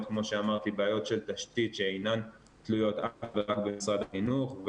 בעיות של תשתיות שאינן תלויות אך ורק במשרד החינוך,